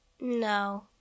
No